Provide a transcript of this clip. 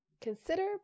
consider